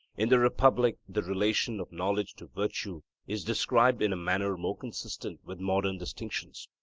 in the republic the relation of knowledge to virtue is described in a manner more consistent with modern distinctions.